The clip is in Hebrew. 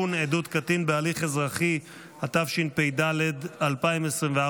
תיקון, הורשת זכויות דיגיטליות), התשפ"ד 2024,